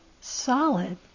solid